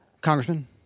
Congressman